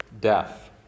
death